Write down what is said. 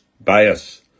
bias